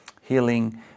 healing